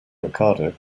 ricardo